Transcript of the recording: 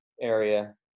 area